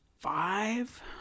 Five